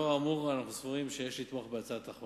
לאור האמור, אני סבור כי יש לתמוך בהצעה זו.